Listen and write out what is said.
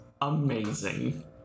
amazing